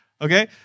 Okay